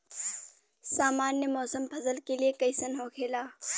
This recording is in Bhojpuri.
सामान्य मौसम फसल के लिए कईसन होखेला?